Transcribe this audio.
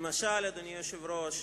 למשל, אדוני היושב ראש,